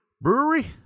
Brewery